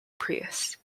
priest